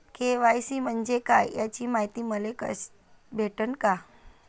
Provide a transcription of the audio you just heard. KYC म्हंजे काय याची मायती मले भेटन का?